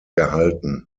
erhalten